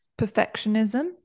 perfectionism